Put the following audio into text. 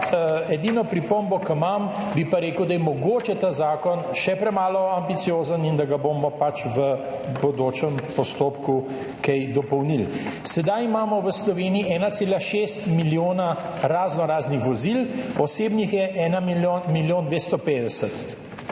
Edino pripombo, ki jo imam, bi pa rekel, da je mogoče ta zakon še premalo ambiciozen in da ga bomo pač v bodočem postopku kaj dopolnili. Sedaj imamo v Sloveniji 1,6 milijona raznoraznih vozil, osebnih vozil je 1 milijon 250 tisoč